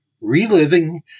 Reliving